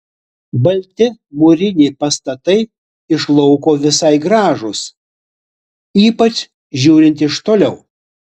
balti mūriniai pastatai iš lauko visai gražūs ypač žiūrint iš toliau